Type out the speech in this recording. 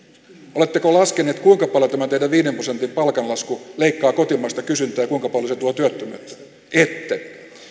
oletteko laskeneet kuinka paljon tämä teidän viiden prosentin palkanlaskunne leikkaa kotimaista kysyntää ja kuinka paljon se tuo työttömyyttä ette